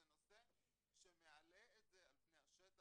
זה נושא שמעלה את זה על פני השטח.